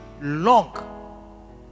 long